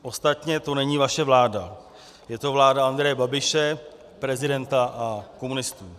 Ostatně to není vaše vláda, je to vláda Andreje Babiše, prezidenta a komunistů.